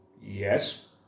Yes